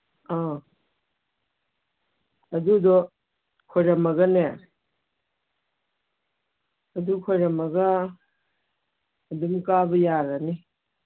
ꯑ ꯑꯗꯨꯗꯣ ꯈꯣꯏꯔꯝꯃꯒꯅꯦ ꯑꯗꯨ ꯈꯣꯏꯔꯣꯝꯃꯒ ꯑꯗꯨꯝ ꯀꯥꯕ ꯌꯥꯔꯅꯤ